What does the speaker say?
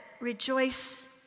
rejoice